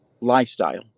lifestyle